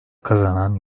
kazanan